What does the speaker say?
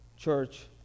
Church